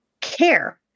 care